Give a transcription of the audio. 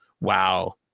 Wow